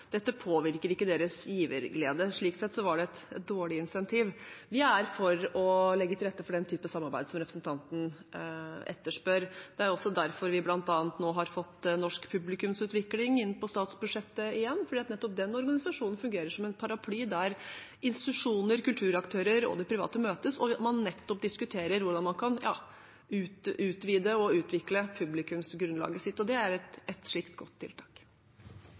dette ikke påvirker deres giverglede. Slik sett var det et dårlig insentiv. Vi er for å legge til rette for den typen samarbeid som representanten etterspør. Det er også derfor vi bl.a. nå har fått Norsk publikumsutvikling inn i statsbudsjettet igjen, nettopp fordi den organisasjonen fungerer som en paraply der institusjoner, kulturaktører og det private møtes, og man diskuterer hvordan man kan utvide og utvikle publikumsgrunnlaget sitt. Det er et slikt godt tiltak.